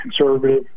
conservative